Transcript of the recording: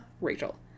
Rachel